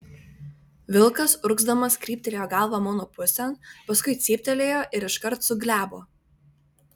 vilkas urgzdamas kryptelėjo galvą mano pusėn paskui cyptelėjo ir iškart suglebo